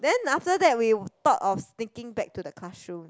then after that we thought of sneaking back to the classroom